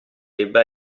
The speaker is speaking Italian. debba